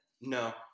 no